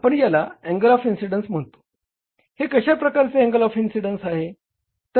आपण याला angle of incidence म्हणतो हे कशा प्रकारचे अँगल ऑफ इन्सिडेंन्स आहे